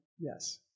yes